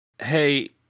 hey